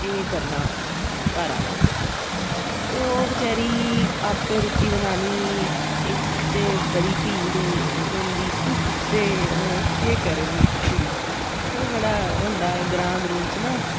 एह् करना घर आह्ले ने ते ओह् बेचारी आपें रुट्टी बनानी इक ते बड़ी पीड़ होंदी ते ओह् केह् करै भी कुड़ी एह् बड़ा होंदा ग्रांऽ ग्रूंऽ च ना